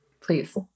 please